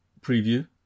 preview